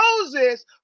Moses